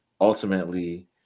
ultimately